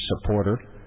supporter